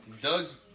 Doug's